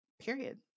Period